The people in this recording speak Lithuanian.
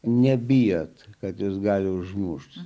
nebijot kad jus gali užmušti